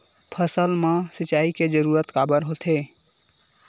फसल मा सिंचाई के जरूरत काबर होथे?